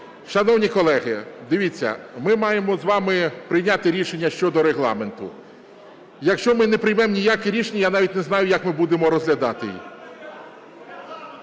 Шановні колеги, дивіться, ми маємо з вами прийняти рішення щодо регламенту. Якщо ми не приймемо ніяке рішення, я навіть не знаю, як ми будемо розглядати її.